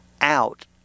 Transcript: out